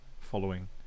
following